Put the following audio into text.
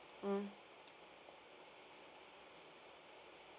mm